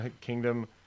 Kingdom